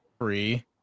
free